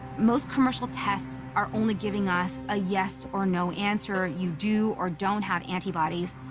most commercial tests are only giving us a yes or no answer, you do or don't have antibodies.